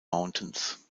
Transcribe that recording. mountains